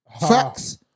facts